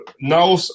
Now